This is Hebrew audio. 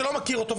שלא מכיר אותו,